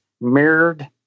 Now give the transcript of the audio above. mirrored